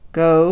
go